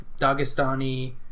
Dagestani